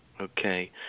Okay